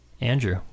Andrew